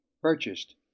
purchased